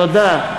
תודה.